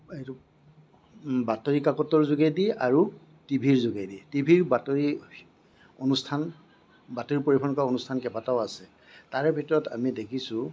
এইটো বাতৰি কাকতৰ যোগেদি আৰু টিভিৰ যোগেদি টিভিৰ বাতৰি অনুষ্ঠান বাতৰি পৰিৱেশন কৰা অনুষ্ঠান কেইবাটাও আছে তাৰে ভিতৰত আমি দেখিছো